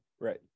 Right